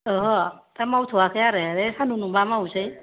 अह' दा मावथ'आखै आरो बे सानदुं दुंब्ला मावनोसै